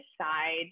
side